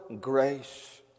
grace